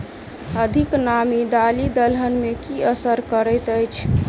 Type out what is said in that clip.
अधिक नामी दालि दलहन मे की असर करैत अछि?